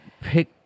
pick